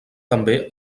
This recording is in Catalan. també